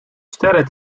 sterren